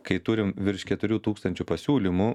kai turim virš keturių tūkstančių pasiūlymų